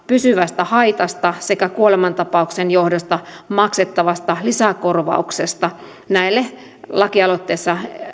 pysyvästä haitasta sekä kuolemantapauksen johdosta maksettavasta lisäkorvauksesta näille lakialoitteessa